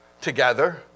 together